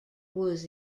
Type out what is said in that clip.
was